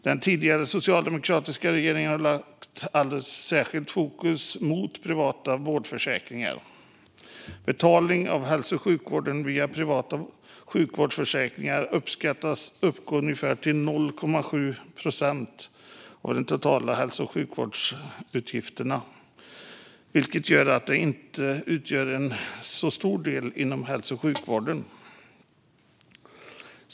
Den tidigare socialdemokratiska regeringen har lagt ett alldeles särskilt fokus på att arbeta mot privata sjukvårdsförsäkringar. Betalning av hälso och sjukvård via privata sjukvårdsförsäkringar uppskattas uppgå till ungefär 0,7 procent av de totala hälso och sjukvårdsutgifterna, vilket innebär att de inte utgör en så stor del inom hälso och sjukvården.